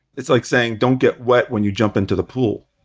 it's like saying, don't get wet when you jump into the pool,